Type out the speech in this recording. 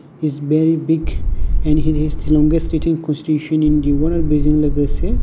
is very big and it is the longest written constitution in the world आरो बेजों लोगोसे